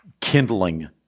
kindling